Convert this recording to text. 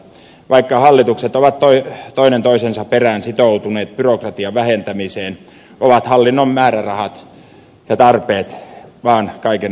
vaikka hallitukset ovat toinen toisensa perään sitoutuneet byrokratian vähentämiseen ovat hallinnon määrärahat ja tarpeet vaan kaiken aikaa kasvaneet